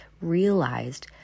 realized